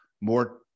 more